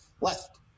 left